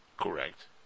correct